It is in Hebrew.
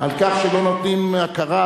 על כך שלא נותנים הכרה,